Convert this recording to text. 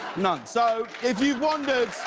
none. so if you wondered